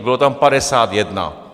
Bylo tam 51.